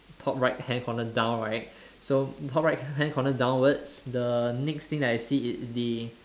top right hand corner down right so top right hand corner downwards the next thing that I see is the